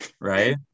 Right